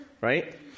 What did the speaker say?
right